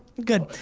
good.